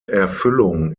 erfüllung